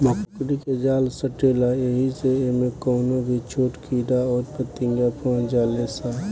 मकड़ी के जाल सटेला ऐही से इमे कवनो भी छोट कीड़ा अउर फतीनगा फस जाले सा